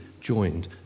joined